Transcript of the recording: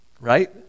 right